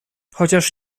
chociaż